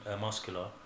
Muscular